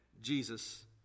Jesus